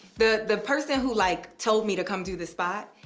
the the person who like told me to come do this spot,